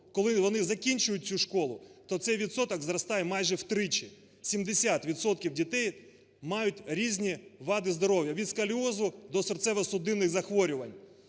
коли вони закінчують цю школу, то цей відсоток зростає майже втричі – 70 відсотків дітей мають різні вади здоров'я, від сколіозу до серцево-судинних захворювань,